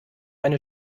eine